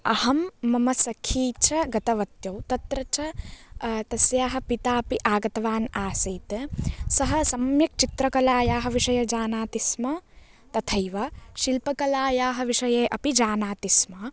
अहं मम सखी च गतवत्यौ तत्र च तस्याः पिता अपि आगतवान् आसीत् सः सम्यक् चित्रकलायाः विषये जानाति स्म तथैव शिल्पकलायाः विषये अपि जानाति स्म